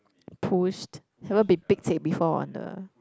pushed haven't been pek chek before on the